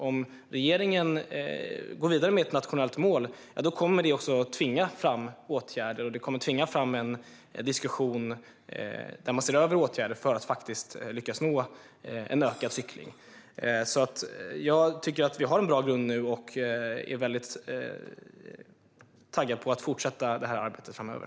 Om regeringen går vidare med ett nationellt mål kommer det också att tvinga fram åtgärder och en diskussion där man ser över åtgärder för att lyckas nå en ökad cykling. Jag tycker att vi nu har en bra grund, och jag är taggad på att fortsätta arbetet framöver.